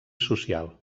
social